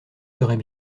serait